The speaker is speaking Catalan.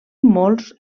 molts